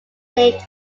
named